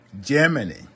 germany